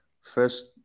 first